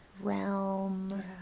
realm